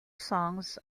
songs